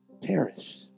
perish